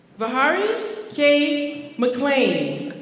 bahari k. mcclain.